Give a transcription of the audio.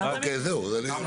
-- תכף אנחנו נבדוק את זה.